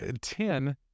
ten